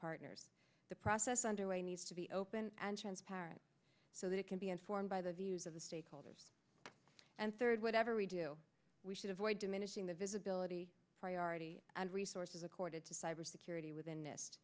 partners the process underway needs to be open and transparent so that it can be informed by the views of the stakeholders and third whatever we do we should avoid diminishing the visibility priority and resources accorded to cybersecurity withi